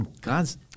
Gods